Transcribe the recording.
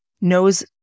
knows